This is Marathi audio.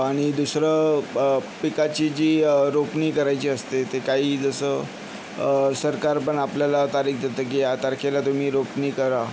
आणि दुसरं पिकाची जी रोपणी करायची असते ते काही जसं सरकार पण आपल्याला तारीख देतं की या तारखेला तुम्ही रोपणी करा